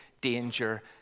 danger